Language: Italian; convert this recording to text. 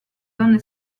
donne